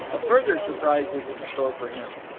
a further surprise was in store for him.